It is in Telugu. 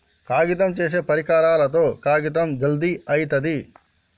కాగితం చేసే పరికరాలతో కాగితం జల్ది అయితది